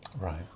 Right